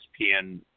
ESPN